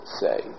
say